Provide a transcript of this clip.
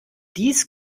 dies